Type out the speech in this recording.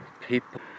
people